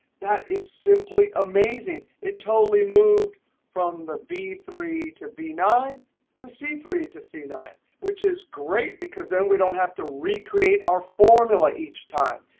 that is simply amazing. it totally moved from the b three to b nine to c three to c nine, which is great, because then we don't have to recreate our formula each time.